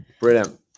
Brilliant